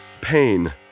pain